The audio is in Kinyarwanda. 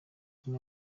kanye